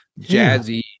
jazzy